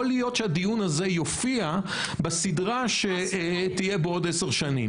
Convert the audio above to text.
להיות שיופיע בסדרה שתהיה בעוד עשר שנים,